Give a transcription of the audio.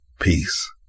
Peace